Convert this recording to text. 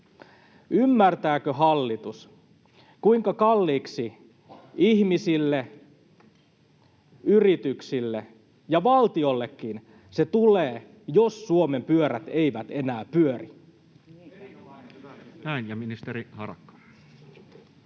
Ymmärtääkö hallitus, kuinka kalliiksi ihmisille, yrityksille ja valtiollekin se tulee, jos Suomen pyörät eivät enää pyöri?